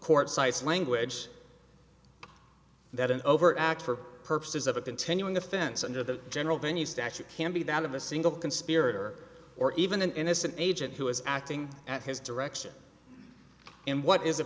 court cites language that an overt act for purposes of a continuing offense under the general venue statute can be that of a single conspirator or even an innocent agent who is acting at his direction in what is a